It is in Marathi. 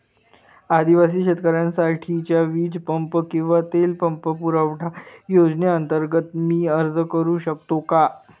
आदिवासी शेतकऱ्यांसाठीच्या वीज पंप किंवा तेल पंप पुरवठा योजनेअंतर्गत मी अर्ज करू शकतो का?